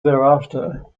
thereafter